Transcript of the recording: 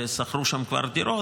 ושכרו שם כבר דירות.